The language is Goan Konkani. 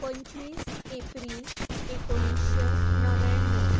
पंचवीस एप्रील एकोणिशें णव्याण्णोव